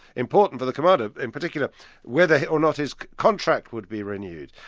important for the commander in particular whether or not his contract would be renewed.